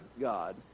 God